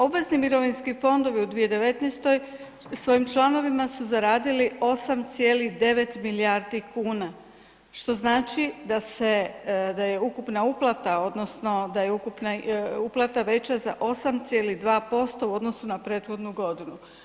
Obvezni mirovinski fondovi u 2019. svojim članovima su zaradili 8,9 milijardi kuna, što znači da se, da je ukupna uplata odnosno da je uplata veća za 8,2% u odnosu na prethodnu godinu.